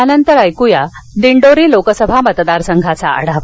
यानंतर ऐक्या दिंडोरी लोकसभा मतदार संघाचा आढावा